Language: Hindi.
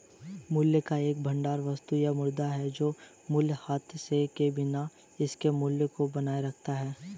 मूल्य का एक भंडार वस्तु या मुद्रा है जो मूल्यह्रास के बिना इसके मूल्य को बनाए रखता है